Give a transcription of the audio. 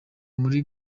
muri